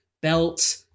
belt